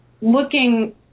looking